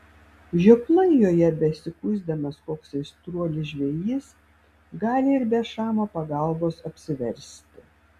žioplai joje besikuisdamas koks aistruolis žvejys gali ir be šamo pagalbos apsiversti